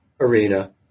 arena